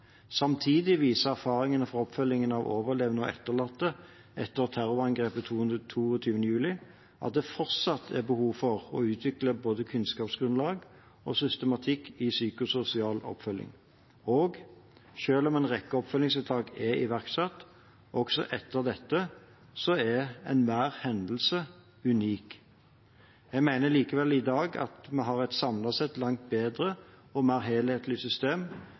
Samtidig viser erfaringene fra oppfølgingen av overlevende og etterlatte etter terrorangrepet 22. juli at det fortsatt er behov for å utvikle både kunnskapsgrunnlag og systematikk i psykososial oppfølging. Og selv om en rekke oppfølgingstiltak er iverksatt, også etter dette, er enhver hendelse unik. Jeg mener likevel at vi i dag har et samlet sett langt bedre og mer helhetlig system,